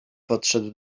podszedł